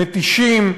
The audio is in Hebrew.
מתישים,